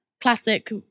classic